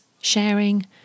sharing